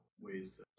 ways